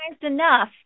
enough